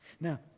Now